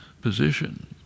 position